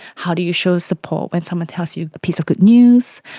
how do you show support when someone tells you a piece of good news?